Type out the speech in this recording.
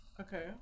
Okay